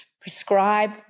prescribe